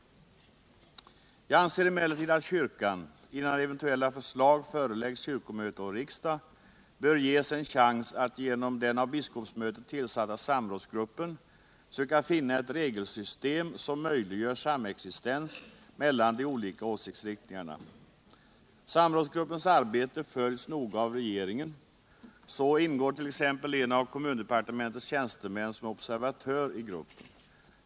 Jag anser emellertid att kyrkan — innan eventuella förslag föreläggs kyrkomöte och riksdag — bör ges en chans att genom den av biskopsmötet ullsatta samrådsgruppen finna ett regelsystem som möjliggör samexistens mellan de olika åstkitsriktningarna. Samrådsgruppens arbete följs noga av regeringen. Så t.ex. ingår en av kommundepartementets tjänstemän som observatör i gruppen.